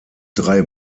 drei